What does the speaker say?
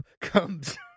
comes